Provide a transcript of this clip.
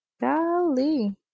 Golly